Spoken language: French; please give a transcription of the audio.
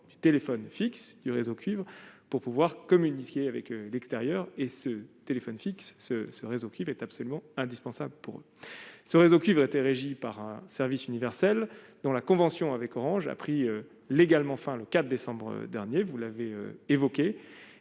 du téléphone fixe du réseau cuivre pour pouvoir comme unifiée avec l'extérieur et ce téléphone fixe ce ce réseau qui privé est absolument indispensable pour ce réseau cuivre était régis par un service universel dans la convention avec Orange a pris légalement, enfin le 4 décembre dernier, vous l'avez évoqué